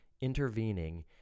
intervening